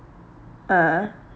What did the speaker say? ah